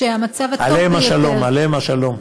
שהמצב הטוב ביותר, עליהם השלום, עליהם השלום.